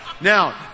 Now